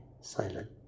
Silent